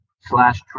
slash